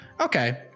okay